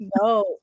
No